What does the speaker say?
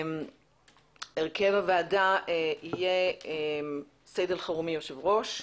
הרכב ועדת המשנה יהיה כדלקמן: סעיד אלחרומי, יו״ר,